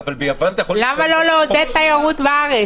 למה לא לעודד תיירות בארץ?